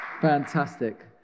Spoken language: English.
Fantastic